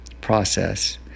process